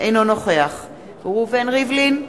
אינו נוכח ראובן ריבלין,